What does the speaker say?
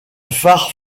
phare